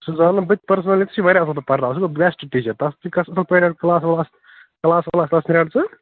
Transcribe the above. سُہ زانَن بہٕ تہِ پٔرسٔنلِی سُہ چھُ واریاہ اصٕل پٲٹھۍ پرٕناوان سُہ گَو بیٚسٹ ٹیٖچر تس نِش گَژھِ اصٕل پٲٹھی کٕلاس وٕلاس کٕلاس وٕلاس رَٹھ ژٕ